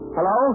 Hello